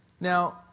Now